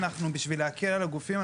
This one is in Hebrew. בשביל להקל על הגופים,